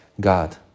God